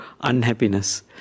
unhappiness